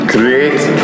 Create